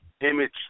image